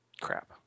Crap